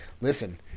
listen